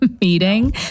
meeting